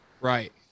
Right